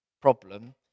problem